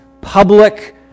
public